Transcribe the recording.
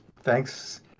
Thanks